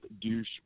douche